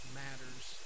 matters